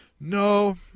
no